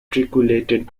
matriculated